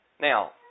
Now